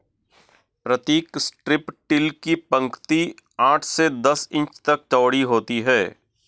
प्रतीक strip till की पंक्ति आठ से दस इंच तक चौड़ी होती है